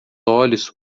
olhos